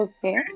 Okay